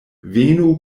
venu